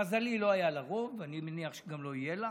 למזלי, לא היה לה רוב, ואני מניח שגם לא יהיה לה.